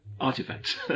Artifacts